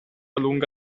lunga